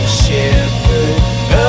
shepherd